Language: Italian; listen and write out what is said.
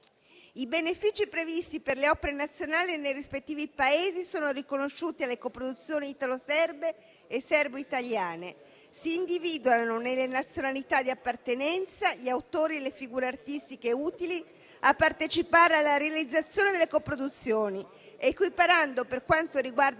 I benefici previsti per le opere nazionali nei rispettivi Paesi sono riconosciuti alle coproduzioni italo-serbe e serbo-italiane. Si individuano nelle nazionalità di appartenenza gli autori e le figure artistiche utili a partecipare alla realizzazione delle coproduzioni equiparando, per quanto riguarda